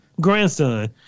grandson